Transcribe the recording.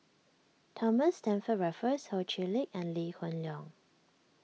Thomas Stamford Raffles Ho Chee Lick and Lee Hoon Leong